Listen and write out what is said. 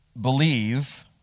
believe